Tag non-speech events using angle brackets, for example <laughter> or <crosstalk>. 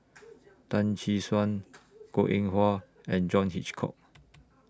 <noise> Tan <unintelligible> Suan Goh Eng Wah and John Hitchcock